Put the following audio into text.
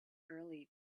early